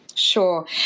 Sure